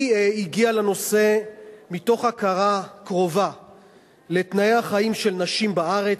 היא הגיעה לנושא מתוך הכרה קרובה של תנאי החיים של נשים בארץ,